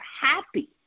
happy